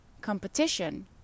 competition